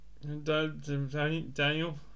Daniel